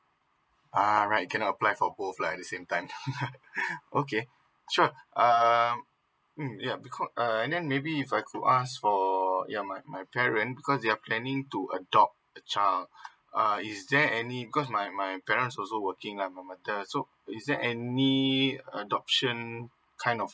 ah right cannot apply for both lah at the same time okay sure uh mm yup beco~ err and then maybe if I could ask for yea my my parent because they are planning to adopt a child uh is there any cause my my parents also working lah my mother so is there any adoption kind of